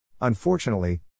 Unfortunately